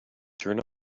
turn